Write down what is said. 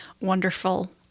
wonderful